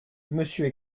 monsieur